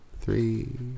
three